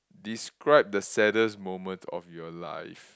describe the saddest moment of your life